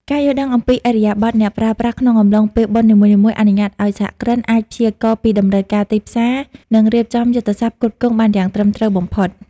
ការយល់ដឹងអំពីឥរិយាបថអ្នកប្រើប្រាស់ក្នុងអំឡុងពេលបុណ្យនីមួយៗ អនុញ្ញាតឱ្យសហគ្រិនអាចព្យាករណ៍ពីតម្រូវការទីផ្សារ និងរៀបចំយុទ្ធសាស្ត្រផ្គត់ផ្គង់បានយ៉ាងត្រឹមត្រូវបំផុត។